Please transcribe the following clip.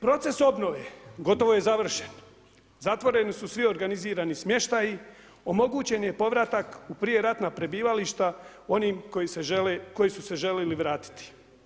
Proces obnove gotovo je završen, zatvoreni su svi organizirani smještaji, omogućen je povratak u prije ratna prebivališta onim koji su se želili vratiti.